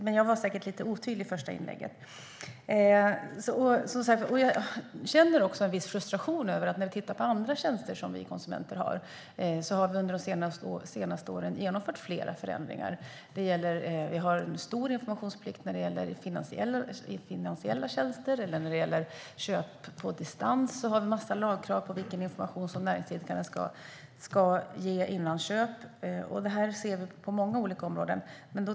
Men jag var säkert lite otydlig i det första inlägget. Jag känner också viss frustration. Om vi tittar på andra tjänster som vi konsumenter använder ser vi att det under de senaste åren har genomförts flera förändringar. Det finns en stor informationsplikt när det gäller finansiella tjänster, och när det gäller köp på distans finns det en massa lagkrav på vilken information näringsidkaren ska ge före köp. Detta ser vi alltså på många olika områden.